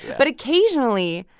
but occasionally,